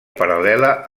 paral·lela